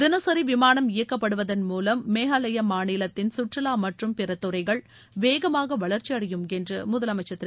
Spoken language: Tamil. தினசரி விமானம் இயக்கப்படுவதன் மூலம் மேகாலயா மாநிலத்தின் சுற்றுவா மற்றும் பிற துறைகள் வேகமாக வளர்ச்சியடையும் என்று முதலமைச்சர் திரு